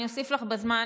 אני אוסיף לך זמן.